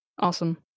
awesome